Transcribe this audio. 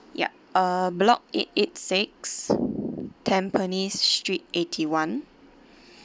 yup uh block eight eight six Tampines street eighty-one